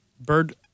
Bird